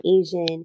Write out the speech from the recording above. Asian